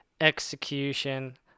execution